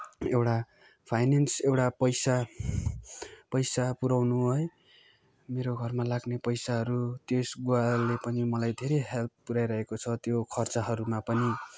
एउटा फाइनेन्स एउटा पैसा पैसा पुऱ्याउनु है मेरो घरमा लाग्ने पैसाहरू त्यस गुवाले पनि मलाई धेरै हेल्प पुऱ्याइरहेको छ त्यो खर्चाहरूमा पनि